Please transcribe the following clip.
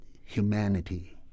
humanity